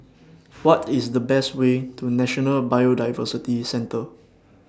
What IS The Best Way to National Biodiversity Centre